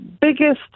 biggest